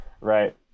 Right